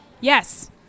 Yes